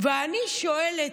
ואני שואלת,